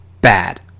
bad